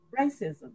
racism